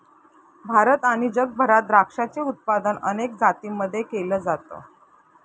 भारत आणि जगभरात द्राक्षाचे उत्पादन अनेक जातींमध्ये केल जात